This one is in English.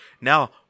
now